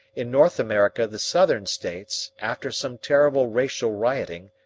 in north america the southern states, after some terrible racial rioting,